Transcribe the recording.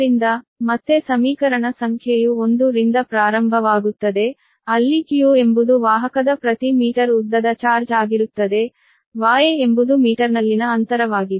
ಮತ್ತೆ ಸಮೀಕರಣ ಸಂಖ್ಯೆಯು 1 ರಿಂದ ಪ್ರಾರಂಭವಾಗುತ್ತದೆ ಅಲ್ಲಿ q ಎಂಬುದು ವಾಹಕದ ಪ್ರತಿ ಮೀಟರ್ ಉದ್ದದ ಚಾರ್ಜ್ ಆಗಿರುತ್ತದೆ y ಎಂಬುದು ಮೀಟರ್ನಲ್ಲಿನ ಅಂತರವಾಗಿದೆ